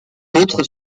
autres